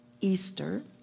Easter